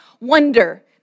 wonder